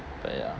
but ya